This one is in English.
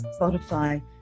Spotify